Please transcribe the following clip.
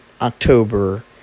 October